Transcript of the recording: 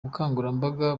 bukangurambaga